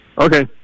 Okay